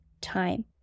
time